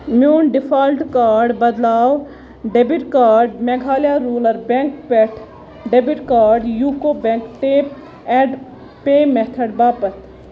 میٛون default card بدلاو debit card Meghalaya rural bank پٮ۪ٹھٕ debit card UCO bank tap and pay method باپتھ